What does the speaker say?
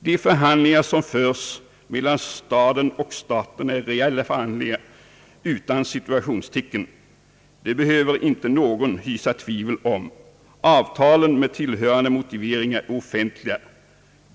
De förhandlingar som förs mellan staden och staten är reella förhandlingar utan citationstecken. Det behöver inte någon hysa tvivel om. Avtalen med tillhörande motiveringar är offentliga.